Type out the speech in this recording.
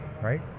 Right